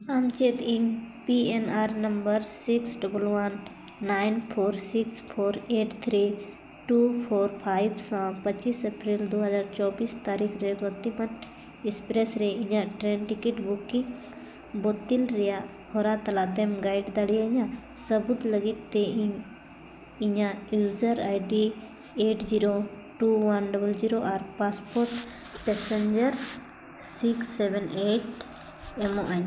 ᱟᱢ ᱪᱮᱫ ᱤᱧ P N R number six double one nine four six four eight three two four five ᱥᱟᱶ ᱯᱚᱸᱪᱤᱥ April ᱫᱩ ᱦᱟᱡᱟᱨ ᱪᱚᱵᱽᱵᱤᱥ ᱛᱟᱹᱨᱤᱠᱷ ᱨᱮ ᱵᱚᱛᱛᱤᱢᱟᱱ ᱮᱹᱠᱥᱯᱨᱮᱹᱥ ᱨᱮ ᱤᱧᱟᱹᱜ ᱴᱨᱮᱹᱱ ᱴᱤᱠᱤᱴ ᱵᱩᱠᱤᱝ ᱵᱟᱹᱛᱤᱞ ᱨᱮᱭᱟᱜ ᱦᱚᱨᱟ ᱛᱟᱞᱟ ᱛᱮᱢ ᱜᱟᱹᱭᱤᱰ ᱫᱟᱲᱮᱭᱤᱧᱟ ᱥᱟᱹᱵᱩᱫᱽ ᱞᱟᱹᱜᱤᱫ ᱛᱮ ᱤᱧ ᱤᱧᱟᱹᱜ user ID eight zero two one double zero ᱟᱨ passport passenger six seven eight ᱮᱢᱚᱜ ᱟᱹᱧ